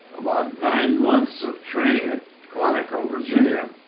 about nine months of training at quantico, virginia,